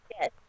Yes